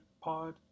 POD